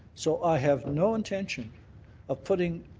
so i have no intention of putting